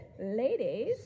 ladies